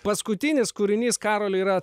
paskutinis kūrinys karoli yra